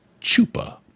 chupa